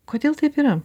kodėl taip yra